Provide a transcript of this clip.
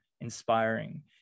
inspiring